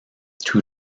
two